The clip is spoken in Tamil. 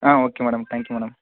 ah okay madam thank you madam